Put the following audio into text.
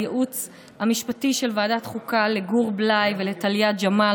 לייעוץ המשפטי של ועדת החוקה גור בליי וטליה ג'מאל,